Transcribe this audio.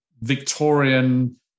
Victorian